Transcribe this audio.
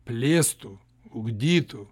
plėstų ugdytų